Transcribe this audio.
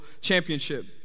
championship